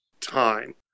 time